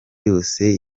yose